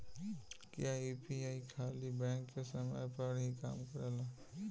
क्या यू.पी.आई खाली बैंक के समय पर ही काम करेला?